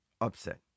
upset